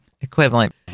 equivalent